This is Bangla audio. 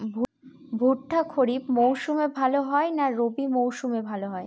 ভুট্টা খরিফ মৌসুমে ভাল হয় না রবি মৌসুমে ভাল হয়?